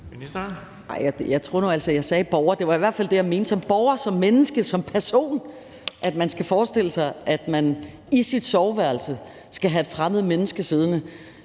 Nej, jeg tror nu altså, at jeg sagde borger. Det var i hvert fald det, jeg mente, altså at man som borger, som menneske, som person skal forestille sig, at man i sit soveværelse skal have et fremmed menneske siddende.